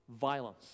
violence